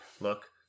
look